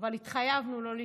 אבל התחייבנו לא להתקדם.